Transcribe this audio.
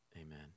Amen